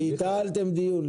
ביטלתם דיון.